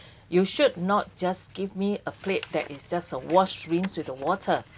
you should not just give me a plate that is just a wash rinse with the water